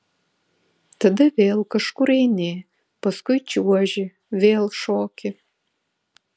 tada vėl kažkur eini paskui čiuoži vėl šoki